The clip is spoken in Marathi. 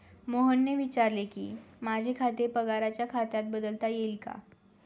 मोहनने विचारले की, माझे खाते पगाराच्या खात्यात बदलता येईल का